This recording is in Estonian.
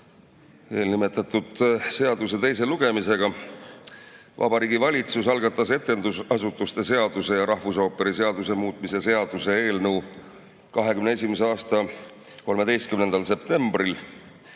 eelnimetatud seaduse teise lugemisega. Vabariigi Valitsus algatas etendusasutuse seaduse ja rahvusooperi seaduse muutmise seaduse eelnõu 2021. aasta 13. septembril.